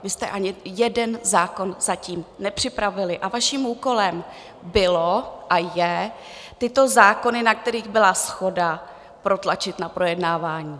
Vy jste ani jeden zákon zatím nepřipravili a vaším úkolem bylo a je tyto zákony, na kterých byla shoda, protlačit na projednávání.